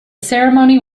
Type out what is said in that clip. ceremony